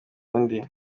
undi